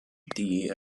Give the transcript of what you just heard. die